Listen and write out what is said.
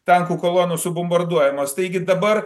tankų kolonų subombarduojamos taigi dabar